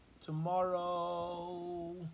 tomorrow